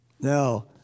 Now